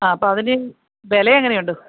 ആ അപ്പം അതിന് വില എങ്ങനെയുണ്ട്